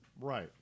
right